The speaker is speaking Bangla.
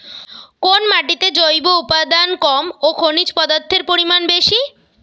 কোন মাটিতে জৈব উপাদান কম ও খনিজ পদার্থের পরিমাণ বেশি?